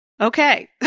okay